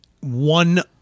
one